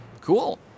Cool